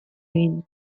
egin